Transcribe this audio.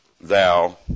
thou